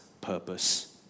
purpose